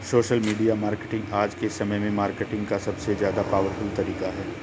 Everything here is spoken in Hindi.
सोशल मीडिया मार्केटिंग आज के समय में मार्केटिंग का सबसे ज्यादा पॉवरफुल तरीका है